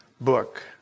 book